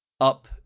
up